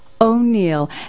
O'Neill